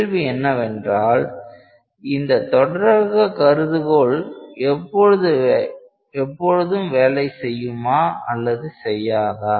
கேள்வி என்னவென்றால் இந்த தொடரக கருதுகோள் எப்பொழுதும் வேலை செய்யுமா அல்லது செய்யாதா